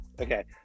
okay